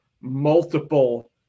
multiple